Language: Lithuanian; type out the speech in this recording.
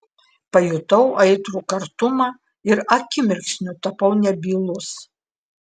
pajutau aitrų kartumą ir akimirksniu tapau nebylus